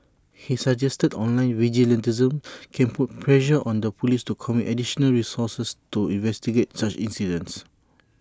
he suggested online vigilantism can put pressure on the Police to commit additional resources to investigate such incidents